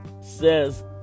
says